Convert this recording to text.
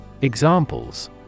Examples